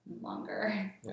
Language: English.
longer